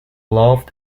loved